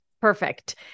Perfect